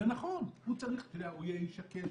זה נכון, הוא יהיה איש הקשר,